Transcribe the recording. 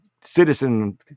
citizen